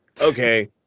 Okay